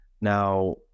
Now